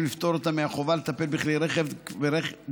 ולפטור אותם מהחובה לטפל בכלי רכב כבדים